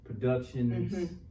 productions